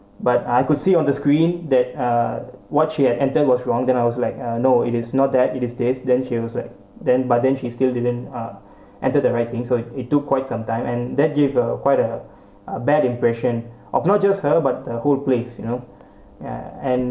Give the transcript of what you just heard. but I could see on the screen that uh what she had enter was wrong then I was like uh no it is not that it is this then she was like then but then she still didn't uh entered the writing so it took quite some time and that gave a quite a a bad impression of not just her but the whole place you know ya and